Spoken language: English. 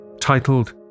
Titled